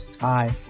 Hi